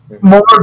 more